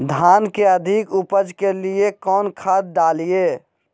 धान के अधिक उपज के लिए कौन खाद डालिय?